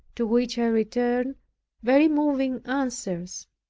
to which i returned very moving answers.